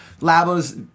Labo's